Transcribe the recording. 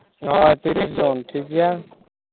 ᱦᱳᱭ ᱛᱤᱨᱤᱥ ᱡᱚᱱ ᱴᱷᱤᱠ ᱜᱮᱭᱟ